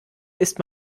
ist